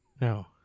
No